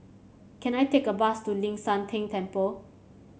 can I take a bus to Ling San Teng Temple